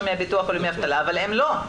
מהביטוח הלאומי בדמי האבטלה אבל הם לא,